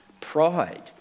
pride